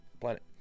planet